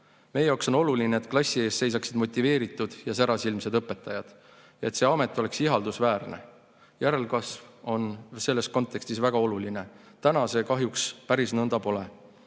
Meie jaoks on oluline, et klassi ees seisaksid motiveeritud ja särasilmsed õpetajad, et see amet oleks ihaldusväärne. Järelkasv on selles kontekstis väga oluline. Täna see kahjuks päris nõnda pole.